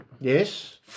Yes